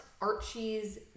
Archie's